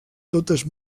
totes